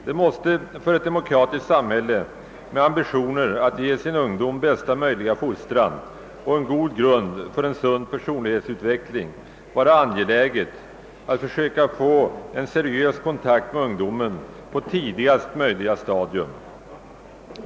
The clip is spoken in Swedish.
Det måste för ett demokratiskt samhälle med ambitioner att ge sin ungdom bästa möjliga fostran och en god grund för en sund personlighetsutveckling vara angeläget att försöka få en seriös kontakt med ungdomen på tidigast möjliga stadium.